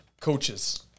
coaches